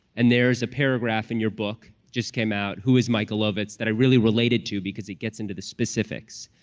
and there's a paragraph in your book just came out, who is michael ovitz, that i really related to because it gets into the specifics,